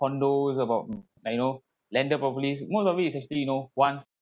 condos about like you know landed properties most of it is actually you know wnats